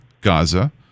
Gaza